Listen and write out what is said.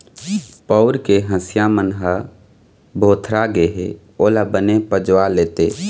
पउर के हँसिया मन ह भोथरा गे हे ओला बने पजवा लेते